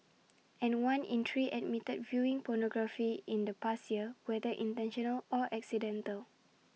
and one in three admitted viewing pornography in the past year whether intentional or accidental